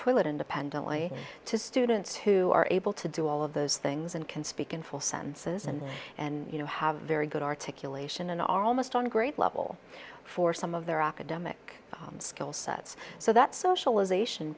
toilet independently to students who are able to do all of those things and can speak in full sentences and and you know have very good articulation and almost on a grade level for some of their academic skill sets so that socialization